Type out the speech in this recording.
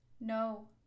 No